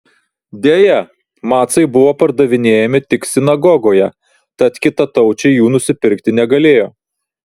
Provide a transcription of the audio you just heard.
deja macai buvo pardavinėjami tik sinagogoje tad kitataučiai jų nusipirkti negalėjo